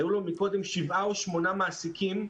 היו לו קודם שבעה או שמונה מעסיקים,